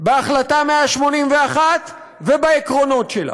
בהחלטה 181 ובעקרונות שלה.